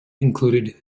included